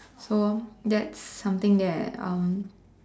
so that's something that um